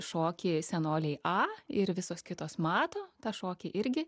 šokį senolei a ir visos kitos mato tą šokį irgi